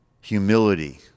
humility